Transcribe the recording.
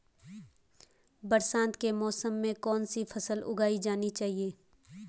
बरसात के मौसम में कौन सी फसल उगानी चाहिए?